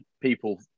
people